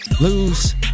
Lose